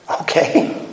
Okay